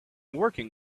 working